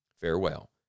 Farewell